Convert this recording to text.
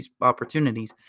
opportunities